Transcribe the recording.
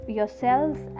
Yourselves